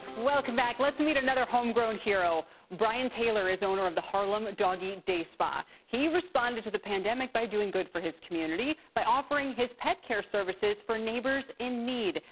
welcome back let's and meet another homegrown hero brian taylor is owner of the harlem doggy day spa he responded to the pandemic by doing good for his community, by offering his pet care services for neighbors in need.